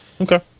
Okay